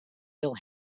bill